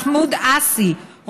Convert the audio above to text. מחמוד עאסי,